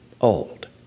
old